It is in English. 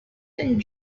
and